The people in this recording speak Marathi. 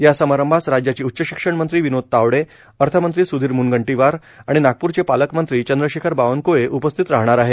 या समारंभास राज्याचे उच्च शिक्षण मंत्री विनोद तावडे अर्थमंत्री सूधिर मुनगंटीवार आणि नागपूरचे पालकमंत्री चंद्रशेखर बावनकुळे उपस्थित राहणार आहे